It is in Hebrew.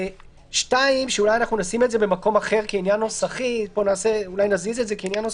אנחנו לא נמצאים כרגע בוועדת הכלכלה.